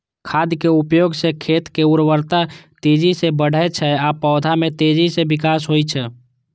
खादक उपयोग सं खेतक उर्वरता तेजी सं बढ़ै छै आ पौधा मे तेजी सं विकास होइ छै